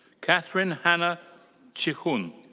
katherine hanna czychun.